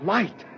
Light